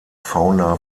fauna